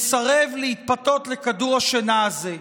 מסרב להתפתות לכדור השינה הזה.